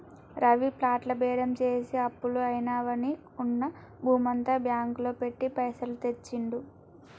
రవి ప్లాట్ల బేరం చేసి అప్పులు అయినవని ఉన్న భూమంతా బ్యాంకు లో పెట్టి పైసలు తెచ్చిండు